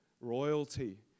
royalty